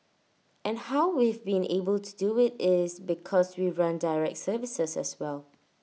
and how we've been able to do IT is because we run direct services as well